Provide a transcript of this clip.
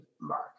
mark